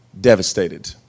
devastated